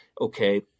okay